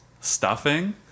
stuffing